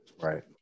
Right